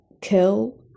kill